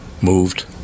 moved